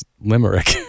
limerick